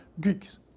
Greeks